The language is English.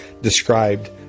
described